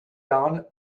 dan